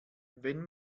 wenn